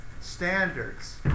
standards